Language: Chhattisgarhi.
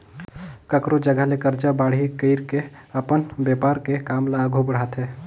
कखरो जघा ले करजा बाड़ही कइर के अपन बेपार के काम ल आघु बड़हाथे